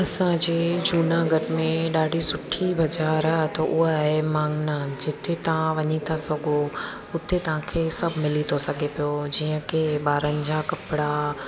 असांजे जूनागढ़ में ॾाढी सुठी बज़ार आहे त उहा आहे मांगना जिते तव्हां वञी था सघो उते तव्हां खे सभु मिली थो सघे पियो जीअं की ॿारनि जा कपिड़ा